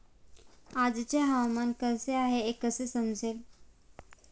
आजचे हवामान कसे आहे हे कसे समजेल?